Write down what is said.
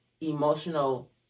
emotional